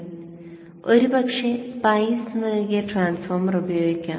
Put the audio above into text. നിങ്ങൾക്ക് ഒരുപക്ഷേ സ്പൈസ് നൽകിയ ട്രാൻസ്ഫോർമർ ഉപയോഗിക്കാം